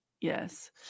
yes